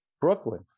Brooklyn